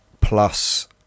plus